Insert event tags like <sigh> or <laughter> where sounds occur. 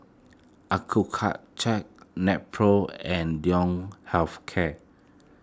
<unintelligible> Nepro and <unintelligible> Health Care